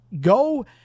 go